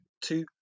two